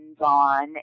on